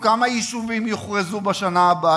כמה יישובים יוכרזו בשנה הבאה,